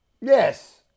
Yes